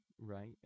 right